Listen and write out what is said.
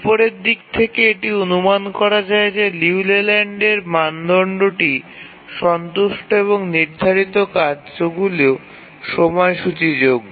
উপরের দিক থেকে এটি অনুমান করা যায় যে লিউ লেল্যান্ডের মানদণ্ডটি সন্তুষ্ট এবং নির্ধারিত কার্যগুলি সময়সূচীযোগ্য